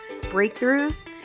breakthroughs